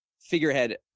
figurehead